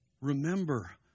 Remember